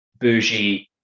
bougie